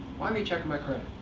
why were you checking my credit?